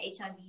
HIV